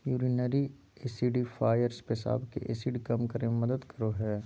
urinary acidifiers पेशाब के acid कम करे मे मदद करो हय